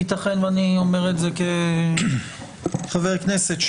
ואני אומר את זה כחבר כנסת,